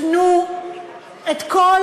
תנו את כל